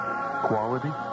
Quality